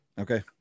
Okay